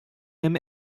him